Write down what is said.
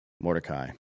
Mordecai